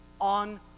on